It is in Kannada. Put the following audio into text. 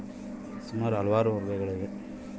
ಬೇಜಗಳಲ್ಲಿ ಎಷ್ಟು ವರ್ಗಗಳಿವೆ?